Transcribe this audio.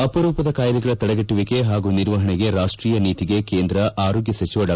ಅಪರೂಪದ ಕಾಯಿಲೆಗಳ ತಡೆಗಟ್ಟುವಿಕೆ ಹಾಗೂ ನಿರ್ವಹಣೆಗೆ ರಾಷ್ಷೀಯ ನೀತಿಗೆ ಕೇಂದ್ರ ಆರೋಗ್ನ ಸಚಿವ ಡಾ